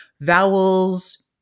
vowels